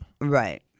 Right